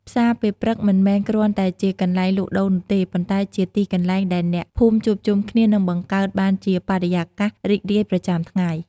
ផ្សារពេលព្រឹកមិនមែនគ្រាន់តែជាកន្លែងលក់ដូរនោះទេ ប៉ុន្តែជាទីកន្លែងដែលអ្នកភូមិជួបជុំគ្នា និងបង្កើតបានជាបរិយាកាសរីករាយប្រចាំថ្ងៃ។